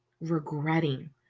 regretting